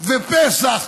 ופסח,